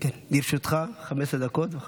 לרשותך 15 דקות.